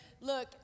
Look